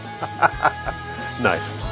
Nice